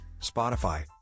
Spotify